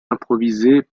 improvisées